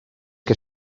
que